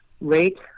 rate